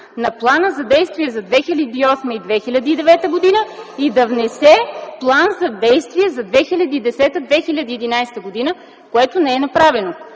на Плана за действие за 2008 и 2009 г. и да внесе План за действие за 2010 и 2011 г., което не е направено.